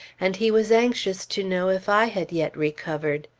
and he was anxious to know if i had yet recovered.